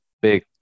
big